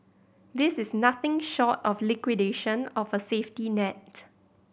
this is nothing short of liquidation of a safety net